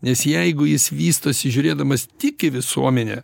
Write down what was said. nes jeigu jis vystosi žiūrėdamas tik į visuomenę